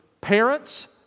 parents